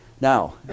Now